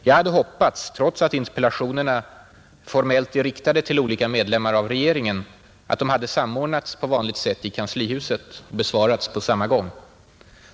Jag hade hoppats, trots att interpellationerna formellt är riktade till olika medlemmar av regeringen, att de hade samordnats på vanligt sätt i Kanslihuset och besvarats på samma gång.